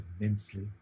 immensely